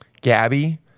Gabby